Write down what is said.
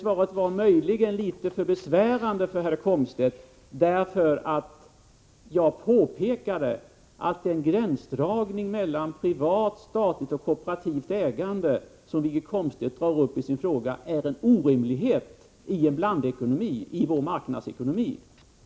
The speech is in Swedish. Möjligen var svaret litet besvärande för herr Komstedt. Jag framhåller nämligen i svaret att en gränsdragning mellan privat, statligt och kooperativt ägande — något som Wiggo Komstedt berör i och med sin fråga — är en orimlighet i en blandekonomi. Vi har ju en marknadsekonomi.